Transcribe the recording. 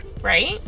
right